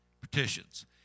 Petitions